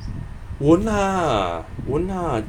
won't ah won't ah